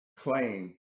claim